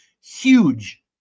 huge